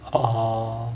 orh